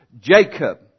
Jacob